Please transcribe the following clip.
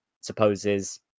supposes